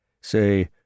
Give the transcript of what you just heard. Say